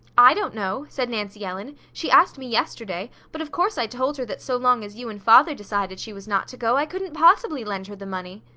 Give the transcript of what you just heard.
i don't know! said nancy ellen. she asked me yesterday, but of course i told her that so long as you and father decided she was not to go, i couldn't possibly lend her the money.